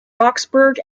roxburgh